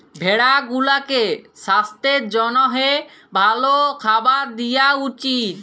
ভেড়া গুলাকে সাস্থের জ্যনহে ভাল খাবার দিঁয়া উচিত